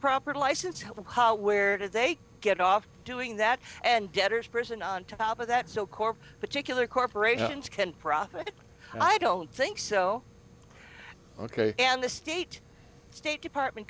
proper license where do they get off doing that and debtors prison on top of that so corp particular corporations can profit and i don't think so ok and the state state department